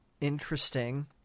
interesting